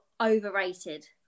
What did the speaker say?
overrated